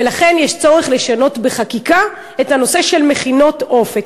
ולכן צריך לשנות בחקיקה את הנושא של מכינות "אופק".